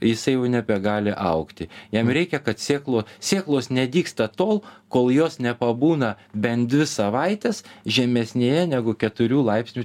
jisai jau nebegali augti jam reikia kad sėklų sėklos nedygsta tol kol jos nepabūna bent dvi savaites žemesnėje negu keturių laipsnių